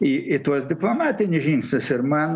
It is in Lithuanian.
į į diplomatinius žingsnius ir man